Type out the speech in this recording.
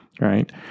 right